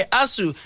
asu